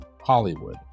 Hollywood